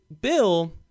bill